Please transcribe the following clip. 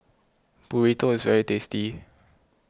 Burrito is very tasty